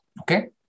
Okay